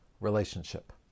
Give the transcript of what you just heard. relationship